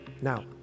Now